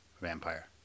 vampire